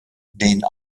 den